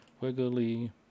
wiggly